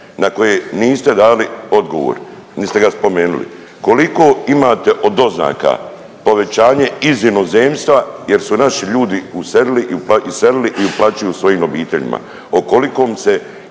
na koje niste dali odgovor nit ste ga spomenuli. Koliko imate od doznaka povećanje iz inozemstva jer su naši ljudi uselili, iselili i uplaćuju svojim obiteljima, o kolikom se